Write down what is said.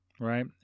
Right